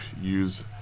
Use